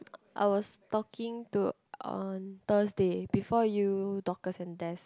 I was talking to on Thursday before you dorcas and Des